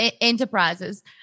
enterprises